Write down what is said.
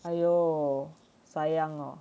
哎哟 sayang 哦